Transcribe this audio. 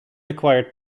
acquired